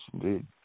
indeed